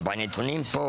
בנתונים פה